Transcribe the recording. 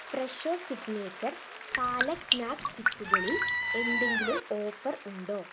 Fresho signature palak snack സ്റ്റിക്കുകളിൽ എന്തെങ്കിലും offer ഉണ്ടോ